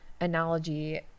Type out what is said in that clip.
analogy